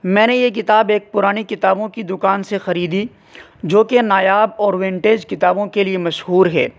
میں نے یہ کتاب ایک پرانی کتابوں کی دوکان سے خریدی جو کہ نایاب اور ونٹیج کتابوں کے لیے مشہور ہے